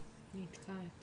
זה והם ייתנו כאן את